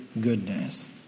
goodness